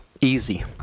easy